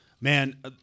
Man